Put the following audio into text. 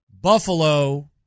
Buffalo